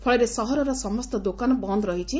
ଫଳରେ ସହରର ସମସ୍ତ ଦୋକାନ ବନ୍ଦ ରହିଛି